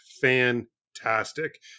fantastic